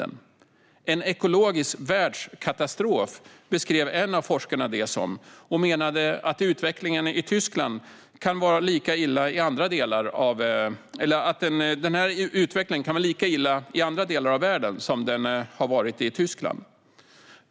En av forskarna beskrev det som en ekologisk världskatastrof och menade att utvecklingen kan vara lika illa i andra delar av världen.